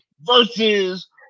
versus